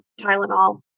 Tylenol